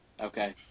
Okay